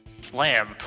Slam